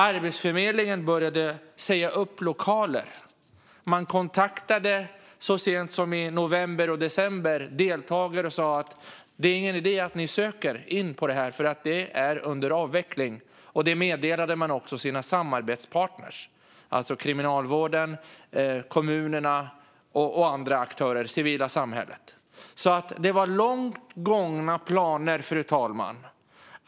Arbetsförmedlingen började säga upp lokaler, och så sent som i november och december kontaktade man deltagare och sa att det inte var någon idé att söka till detta eftersom det var under avveckling. Detta meddelade man också sina samarbetspartner kriminalvården, kommunerna och aktörer i civilsamhället. Det var alltså långt gångna planer.